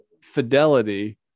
fidelity